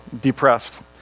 depressed